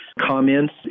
comments